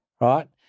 Right